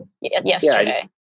yesterday